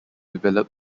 develop